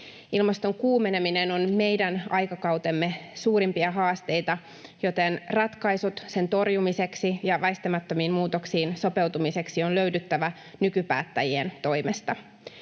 Ilmaston kuumeneminen on meidän aikakautemme suurimpia haasteita, joten ratkaisujen sen torjumiseksi ja väistämättömiin muutoksiin sopeutumiseksi on löydyttävä nykypäättäjien toimesta.